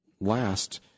last